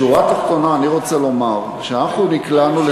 בשורה התחתונה, אני רוצה לומר שאנחנו נקלענו,